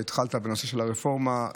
התחלת בנושא של הרפורמה.